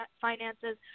finances